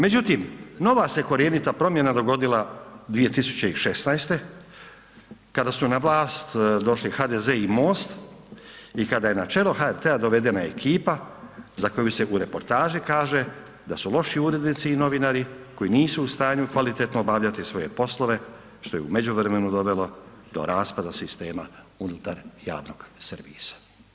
Međutim, nova se korjenita promjena dogodila 2016. kada su na vlast došli HDZ i MOST i da je na čelo HRT-a dovedena ekipa za koju se u reportaži kaže da su loši urednici i novinari koji nisu u stanju kvalitetno obavljati svoje poslove, što je u međuvremenu dovelo do raspada sistema unutar javnog servisa.